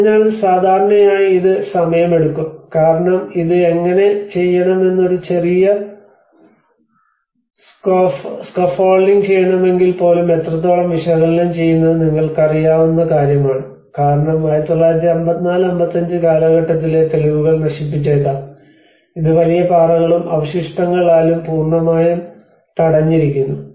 അതിനാൽ സാധാരണയായി ഇത് സമയമെടുക്കും കാരണം ഇത് എങ്ങനെ ചെയ്യണമെന്ന് ഒരു ചെറിയ സ്കാർഫോൾഡിംഗ് ചെയ്യണമെങ്കിൽ പോലും എത്രത്തോളം വിശകലനം ചെയ്യുന്നത് നിങ്ങൾക്കറിയാവുന്ന കാര്യമാണ് കാരണം 1954 55 കാലഘട്ടത്തിലെ തെളിവുകൾ നശിപ്പിച്ചേക്കാം ഇത് വലിയ പാറകളും അവശിഷ്ടങ്ങൾ ആലും പൂർണ്ണമായും തടഞ്ഞിരിക്കുന്നു